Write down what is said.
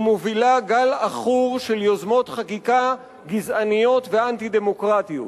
ומובילה גל עכור של יוזמות חקיקה גזעניות ואנטי-דמוקרטיות.